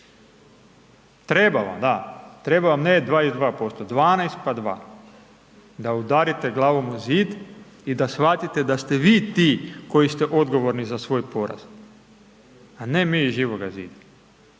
Treba vam, da, treba ne 22%, ne 12 pa 2 da udarite glavom u zid i da shvatite da ste vi ti koji ste odgovorni za svoj poraz a ne mi iz Živoga zida.